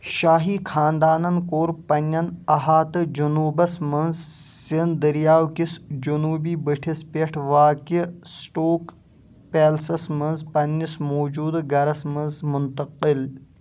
شاہی خاندانن کوٚر پنٕنٮ۪ن احاطہٕ جنوٗبس منٛز سند دٔریاو کِس جنوٗبی بٔٹھس پٮ۪ٹھ واقعہِ سِٹوک پیلسس منٛز پننِس موٗجوٗدٕ گرس منٛز مُنتقِل